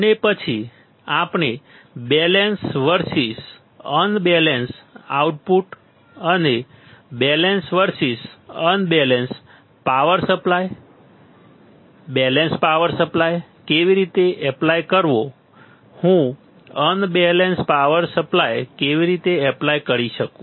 અને પછી આપણે બેલેન્સ વર્સીસ અનબેલેન્સ આઉટપુટ અને balance versus unbalance power supply balance power supply કેવી રીતે એપ્લાય કરવો હું અનબેલેન્સ સપ્લાય કેવી રીતે એપ્લાય કરી શકું